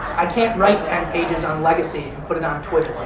i can't write ten pages on legacy and put it on twitter.